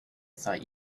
thought